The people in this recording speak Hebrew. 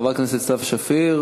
חברת הכנסת סתיו שפיר,